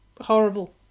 horrible